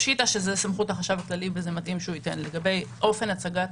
פשיטה שזו סמכות החשב הכללי וזה מתאים שהוא ייתן לגבי אופן הצגת